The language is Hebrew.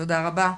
תודה רבה.